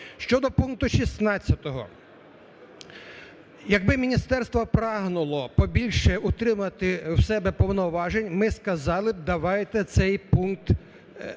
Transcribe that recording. Щодо пункту 16. Якби міністерство прагнуло побільше утримувати у себе повноважень, ми сказали б, давайте цей пункт приймемо.